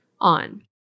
on